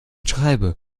schreibe